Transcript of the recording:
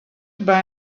buy